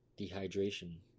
dehydration